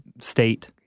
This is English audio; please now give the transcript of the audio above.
state